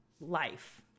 life